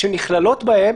שנכללות בהן